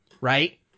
right